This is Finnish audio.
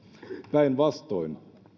päinvastoin